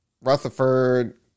Rutherford